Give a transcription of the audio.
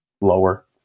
lower